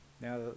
Now